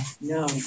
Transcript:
No